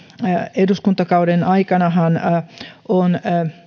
eduskuntakauden aikanahan on